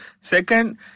second